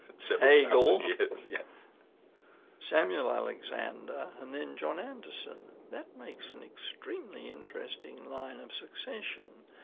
so hegel, yeah samuel alexander and then john anderson. that makes an extremely interesting line of succession,